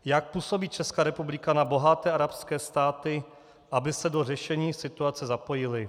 Jak působí Česká republika na bohaté arabské státy, aby se do řešení situace zapojily?